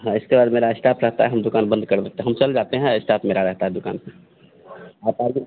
हाँ इसके बाद मेरा अष्टा प्रातः हम दुकान बंद कर देते हैं हम चल जाते हैं इस्टाफ मेरा रहता है दुकान पर आप आइए